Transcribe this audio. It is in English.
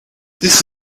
this